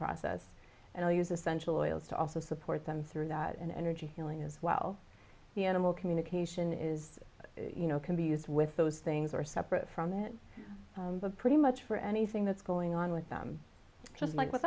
process and i'll use essential oils to also support them through that and energy healing as well the animal communication is you know can be used with those things are separate from it but pretty much for anything that's going on with them just like with